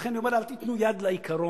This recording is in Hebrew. לכן, אני אומר, אל תיתנו יד לעיקרון.